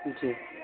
جی